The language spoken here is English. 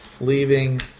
Leaving